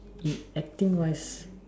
acting wise